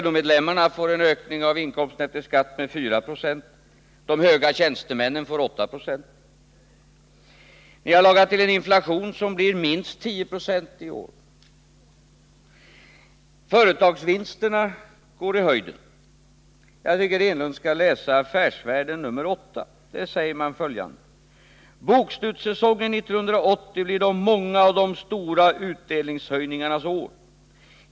LO-medlemmarna får en inkomstökning efter skatt med 4 96, medan de höga tjänstemännen får 8 Jo. Ni har lagat till en inflation, som blir minst 10 96 i år. Företagsvinsterna skjuter i höjden. Jag tycker herr Enlund skall läsa Affärsvärlden nr 8, i vilken följande sägs: ”Bokslutssäsongen 1980 blir de många och de stora utdelningshöjningarnasår.